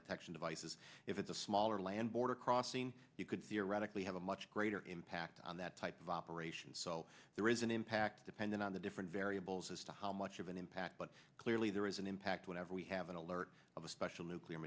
detection devices if it's a smaller land border crossing you could theoretically have a much greater impact on that type of operation so there is an impact depending on the different variables as to how much of an impact but clearly there is an impact whenever we have an alert of a special nuclear